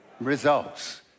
Results